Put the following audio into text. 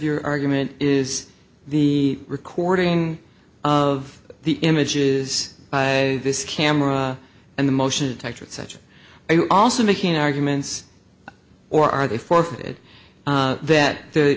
your argument is the recording of the images by this camera and the motion detector and such i also making arguments or are they forfeit that the